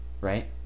right